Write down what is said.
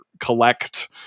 collect